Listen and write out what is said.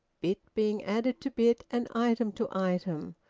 bit being added to bit and item to item,